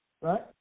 Right